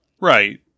Right